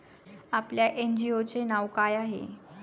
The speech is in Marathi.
आपल्या एन.जी.ओ चे नाव काय आहे?